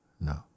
No